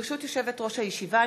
ברשות יושבת-ראש הישיבה,